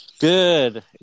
Good